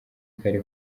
kare